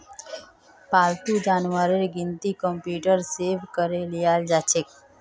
पालतू जानवरेर गिनती कंप्यूटरत सेभ करे लियाल जाछेक